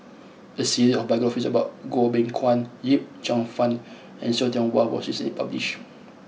a series of biographies about Goh Beng Kwan Yip Cheong Fun and See Tiong Wah was recently published